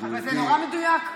אבל זה נורא מדויק.